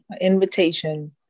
Invitation